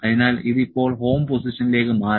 അതിനാൽ ഇത് ഇപ്പോൾ ഹോം പൊസിഷനിലേക്ക് മാറി